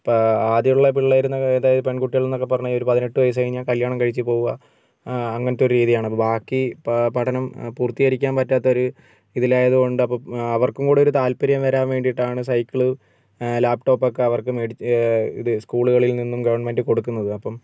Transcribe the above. അപ്പോൾ അദ്യമുള്ള പിള്ളേർ അതായത് പെൺകുട്ടികൾ എന്നൊക്കെ പറഞ്ഞാൽ ഒരു പതിനെട്ട് വയസ്സ് കഴിഞ്ഞാൽ കല്യാണം കഴിച്ച് പോവുക അങ്ങനത്തെ ഒരു രീതിയാണ് അപ്പോൾ ബാക്കി പാ പഠനം പൂർത്തീകരിക്കാൻ പറ്റാത്തൊരു ഇതിലായത് കൊണ്ട് അപ്പോൾ അവർക്കും കൂടെ താൽപ്പര്യം വരാൻ വേണ്ടിയിട്ടാണ് സൈക്കിൾ ലാപ്ടോപ്പ് ഒക്കെ അവർക്കും മേടിച്ച് ഇത് സ്കൂളുകളിൽ നിന്നും ഗവൺമെൻ്റ് കൊടുക്കുന്നത് അപ്പം